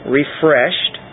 refreshed